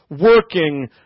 working